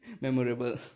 memorable